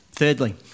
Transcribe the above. Thirdly